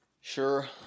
Sure